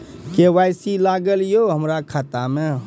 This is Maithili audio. के.वाई.सी ने न लागल या हमरा खाता मैं?